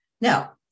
Now